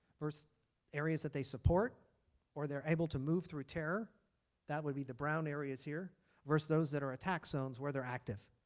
verse areas that they support or they are able to move through terror that would be the brown areas here versus those that are attack zones where they are active.